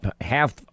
half